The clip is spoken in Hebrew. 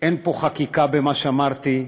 אין פה חקיקה במה שאמרתי,